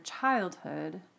childhood